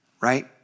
right